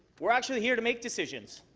we're actually here to make decisions,